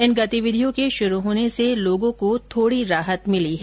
इन गतिविधियों के शुरू होने से लोगों को थोड़ी राहत मिली है